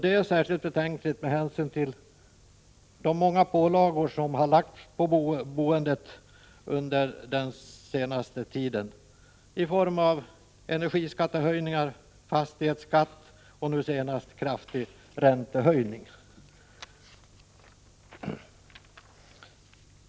Det är särskilt betänkligt med hänsyn till de många pålagor som boendet har belastats med under den senaste tiden i form av energiskattehöjningar, fastighetsskatt och nu senast kraftig räntehöjning.